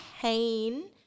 pain